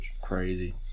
Crazy